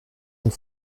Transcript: und